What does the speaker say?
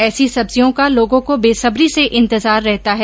ऐसी सब्जियों का लोगों को बेसब्री से इंतजार रहता है